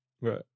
Right